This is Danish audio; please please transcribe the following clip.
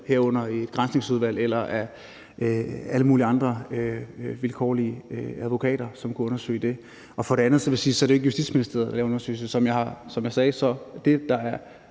herunder et granskningsudvalg, eller af alle mulige andre vilkårlige advokater, som kunne undersøge det. Og for det andet vil jeg sige, at det ikke er Justitsministeriet, der laver undersøgelsen. Som jeg sagde, er det, der er